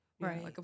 Right